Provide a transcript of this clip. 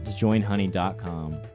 joinhoney.com